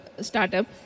startup